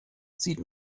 sieht